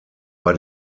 bei